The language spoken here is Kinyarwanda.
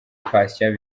patient